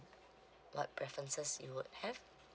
what preferences you would have